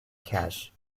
cash